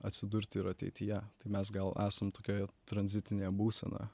atsidurti ir ateityje tai mes gal esam tokioj tranzitinėje būsenoje